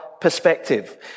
perspective